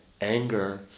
anger